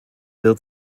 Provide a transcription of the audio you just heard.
wird